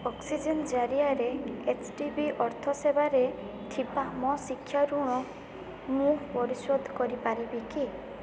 oxygen ଜରିଆରେ H D B ଅର୍ଥ ସେବାରେ ଥିବା ମୋ ଶିକ୍ଷାଋଣ ମୁଁ ପରିଶୋଧ କରିପାରିବି କି